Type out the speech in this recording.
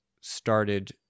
started